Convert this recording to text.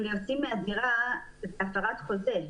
אם יוצאים מהדירה זו הפרת חוזה.